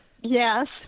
yes